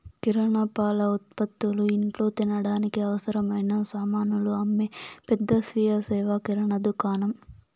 కిరణా, పాల ఉత్పతులు, ఇంట్లో తినడానికి అవసరమైన సామానులు అమ్మే పెద్ద స్వీయ సేవ కిరణా దుకాణం